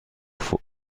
فوق